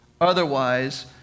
Otherwise